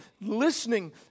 listening